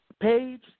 page